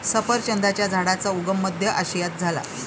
सफरचंदाच्या झाडाचा उगम मध्य आशियात झाला